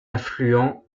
affluent